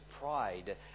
pride